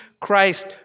Christ